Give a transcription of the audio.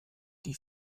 die